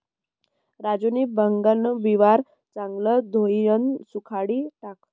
राजूनी भांगन बिवारं चांगलं धोयीन सुखाडी टाकं